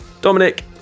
dominic